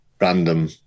random